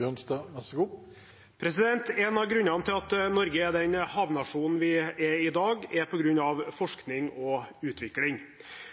den havnasjonen vi er i dag, er forskning og utvikling.